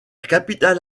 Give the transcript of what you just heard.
capitale